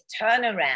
turnaround